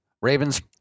Ravens